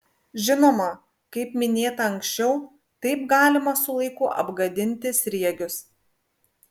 žinoma kaip minėta anksčiau taip galima su laiku apgadinti sriegius